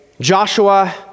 Joshua